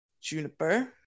Juniper